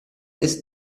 ist